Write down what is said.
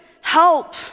help